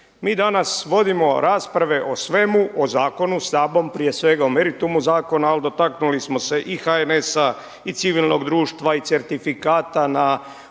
Mi danas vodimo rasprave o svemu o zakonu samom prije svega o meritumu zakona, ali dotaknuli smo se i HNS-a i civilnog društva i certifikata